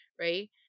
right